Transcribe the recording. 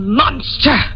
monster